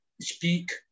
speak